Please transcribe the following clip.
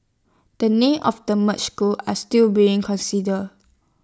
the names of the merged schools are still being considered